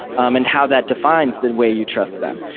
um and how that defines the way you trust them.